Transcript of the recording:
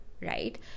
right